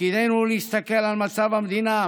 תפקידנו הוא להסתכל על מצב המדינה,